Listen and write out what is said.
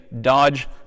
Dodge